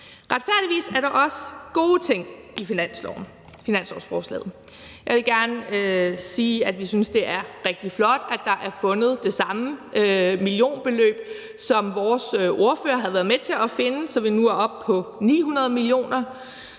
Retfærdigvis er der også gode ting i finanslovsforslaget. Jeg vil gerne sige, at vi synes, det er rigtig flot, at der er fundet det samme millionbeløb – som vores ordfører har været med til at finde – så vi nu er oppe på 900 mio.